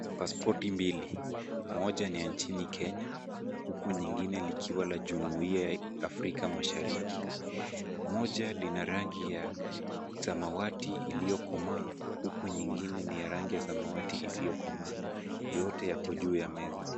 Pasipoti mbili, moja ni ya nchini Kenya, huku nyingine likiwa la jumuia ya Afrika mashariki. Moja lina rangi ya samawati iliyokomaa, huku nyingine ni ya rangi ya samawati isiyokomaa. Yote yako juu ya meza.